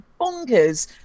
bonkers